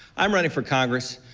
i'm running for congress,